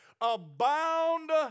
abound